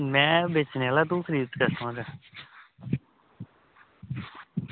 में बेचने आह्ला तू खरीद